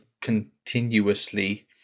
continuously